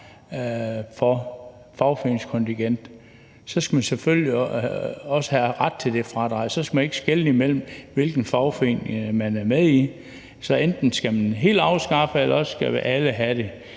for fagforeningskontingent, så skal man selvfølgelig også have ret til det fradrag. Så skal man ikke skelne imellem, hvilken fagforening man er med i, så enten skal man helt afskaffe, eller også skal alle have det.